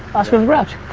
oscar the grouch.